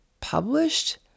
published